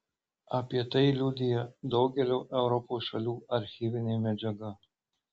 apie tai liudija daugelio europos šalių archyvinė medžiaga